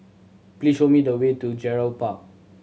please show me the way to Gerald Park